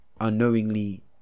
unknowingly